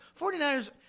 49ers